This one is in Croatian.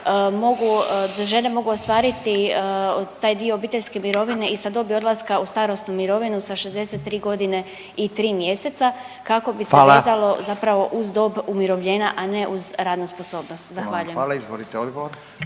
mogu, da žene mogu ostvariti taj dio obiteljske mirovine i sa dobi odlaska u starosnu mirovinu sa 63.g. i 3. mjeseca kako bi se…/Upadica: Hvala/… vezalo zapravo uz dob umirovljenja, a ne uz radnu sposobnost, zahvaljujem. **Radin, Furio